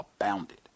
abounded